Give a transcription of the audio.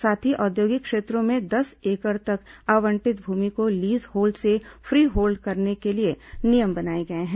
साथ ही औद्योगिक क्षेत्रों में दस एकड़ तक आवंटित भूमि को लीज होल्ड से फ्री होल्ड करने के लिए नियम बनाए गए हैं